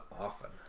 often